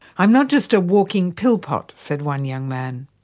i'm not just a walking pill pot said one young man.